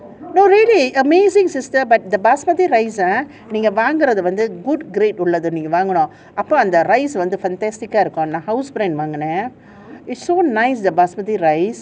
no really amazing sister but the basmati rice ah நீங்க வாங்கறது வந்து:neenga vaangarathu vanthu good grade உள்ளது நீங்க வாங்கணும் அப்போ அந்தullathu neenga vaanganum appo antha rice வந்து:vanthu fantastic இருக்கும் நா வந்து:irukkum naa vanthu housebrand வாங்குனேன்:vaangunen ah is so nice the basmati rice